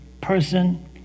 person